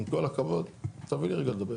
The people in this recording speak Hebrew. עם כל הכבוד, תני לי רגע לדבר.